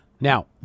Now